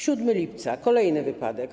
7 lipca - kolejny wypadek.